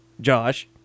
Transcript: Josh